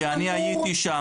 כי הייתי שם.